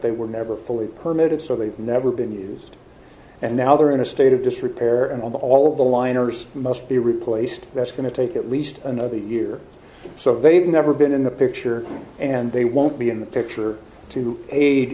they were never fully permitted so they've never been used and now they're in a state of disrepair and all the all the liners must be replaced that's going to take at least another year so they've never been in the picture and they won't be in the picture to aid